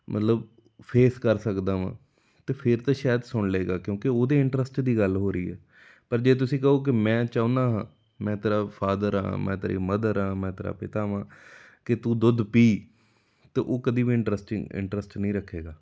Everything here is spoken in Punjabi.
ਮਤਲਬ ਫੇਸ ਕਰ ਸਕਦਾ ਹਾਂ ਅਤੇ ਫਿਰ ਤਾਂ ਸ਼ਾਇਦ ਸੁਣ ਲਵੇਗਾ ਕਿਉਂਕਿ ਉਹਦੇ ਇੰਟਰਸਟ ਦੀ ਗੱਲ ਹੋ ਰਹੀ ਹੈ ਪਰ ਜੇ ਤੁਸੀਂ ਕਹੋ ਕਿ ਮੈਂ ਚਾਹੁੰਦਾ ਹਾਂ ਮੈਂ ਤੇਰਾ ਫਾਦਰ ਹਾਂ ਮੈਂ ਤੇਰੀ ਮਦਰ ਹਾਂ ਮੈਂ ਤੇਰਾ ਪਿਤਾ ਹਾਂ ਕਿ ਤੂੰ ਦੁੱਧ ਪੀ ਤਾਂ ਉਹ ਕਦੇ ਵੀ ਇੰਟਰਸਟਿੰਗ ਇੰਟਰਸਟ ਨਹੀਂ ਰੱਖੇਗਾ